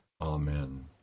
amen